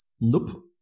Nope